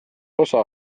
osa